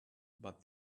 but